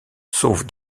sauve